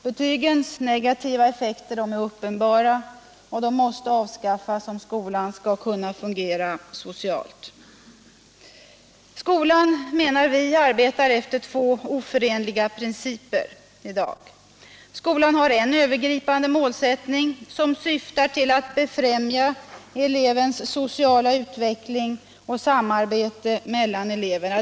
Betygens negativa effekter är uppenbara och de måste avskaffas om skolan skall kunna fungera socialt. Skolan, menar vi, arbetar i dag efter två oförenliga principer. Skolan har en övergripande målsättning som syftar till att befrämja elevens sociala utveckling och samarbetet mellan eleverna.